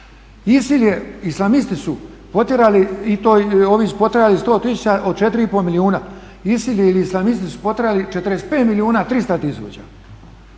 i to ovi su potjerali 100000 od 4 i pol milijuna. ISIL ili islamisti su potrali 45 milijuna i 300 tisuća.